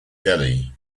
delhi